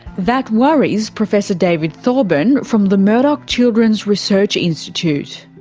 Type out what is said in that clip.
that worries professor david thorburn from the murdoch children's research institute.